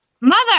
Mother